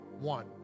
one